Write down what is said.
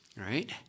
right